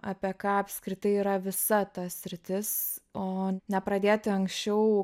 apie ką apskritai yra visa ta sritis o nepradėti anksčiau